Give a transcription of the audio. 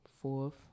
Fourth